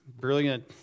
brilliant